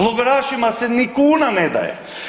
Logorašima se ni kuna ne daje.